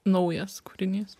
naujas kūrinys